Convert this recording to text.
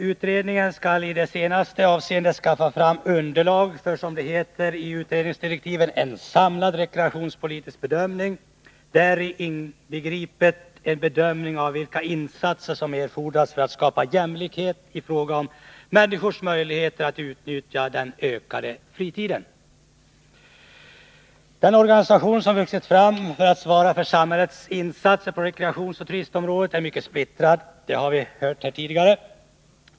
Utredningen skall i det senare avseendet skaffa fram underlag för, som det heter i utredningsdirektiven, ”en samlad rekreationspolitisk bedömning, däri inbegripet en bedömning av vilka insatser som erfordras för att skapa jämlikhet i fråga om människors möjligheter att utnyttja den ökade fritiden”. Den organisation som vuxit fram för att svara för samhällets insatser på rekreationsoch turistområdet är mycket splittrad — det har vi hört tidigare i debatten.